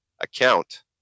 account